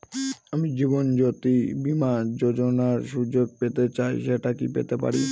আমি জীবনয্যোতি বীমা যোযোনার সুযোগ পেতে চাই সেটা কি পেতে পারি?